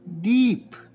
deep